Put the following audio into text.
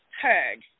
heard